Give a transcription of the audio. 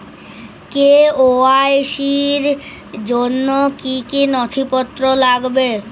KYC র জন্য কি কি নথিপত্র লাগবে?